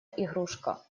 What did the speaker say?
игрушка